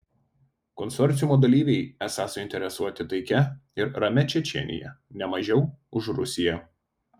konsorciumo dalyviai esą suinteresuoti taikia ir ramia čečėnija ne mažiau už rusiją